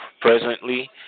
presently